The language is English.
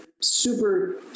super